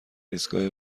ایستگاه